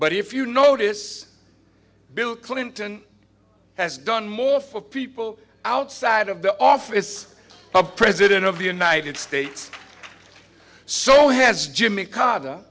but if you notice bill clinton has done more for people outside of the office of president of the united states so has jimmy carter